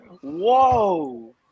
Whoa